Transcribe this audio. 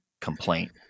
complaint